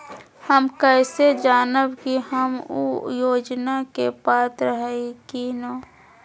हम कैसे जानब की हम ऊ योजना के पात्र हई की न?